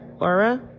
aura